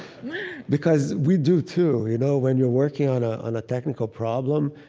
because we do too. you know when you're working on ah on a technical problem,